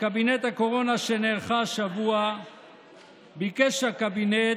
קבינט הקורונה שנערכה השבוע ביקש הקבינט,